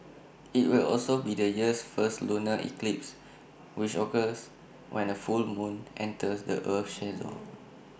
IT will also be the year's first lunar eclipse which occurs when A full moon enters the Earth's shadow